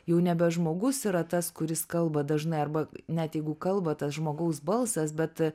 jau nebe žmogus yra tas kuris kalba dažnai arba net jeigu kalba tas žmogaus balsas bet